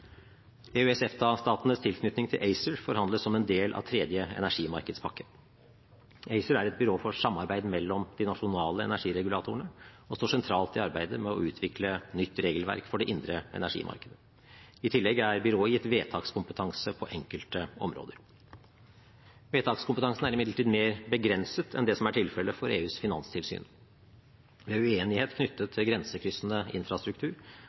tilknytning til ACER forhandles som en del av tredje energimarkedspakke. ACER er et byrå for samarbeid mellom de nasjonale energiregulatorene og står sentralt i arbeidet med å utvikle nytt regelverk for det indre energimarkedet. I tillegg er byrået gitt vedtakskompetanse på enkelte områder. Vedtakskompetansen er imidlertid mer begrenset enn det som er tilfelle for EUs finanstilsyn. Ved uenighet knyttet til grensekryssende infrastruktur